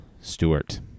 Stewart